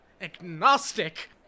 agnostic